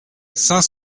cinq